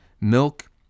Milk